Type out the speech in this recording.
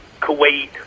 Kuwait